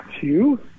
two